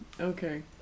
okay